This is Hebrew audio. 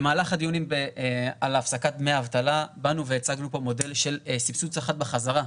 במהלך הדיונים על הפסקת דמי אבטלה הצגנו פה מודל של סבסוד שכר בחזרה,